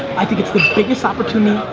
i think it's the biggest opportunity.